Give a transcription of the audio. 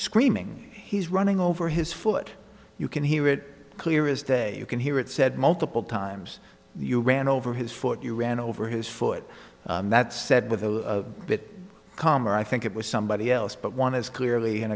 screaming he's running over his foot you can hear it clear is that you can hear it said multiple times you ran over his foot you ran over his foot that said with a bit calmer i think it was somebody else but one is clearly an